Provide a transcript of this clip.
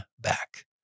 back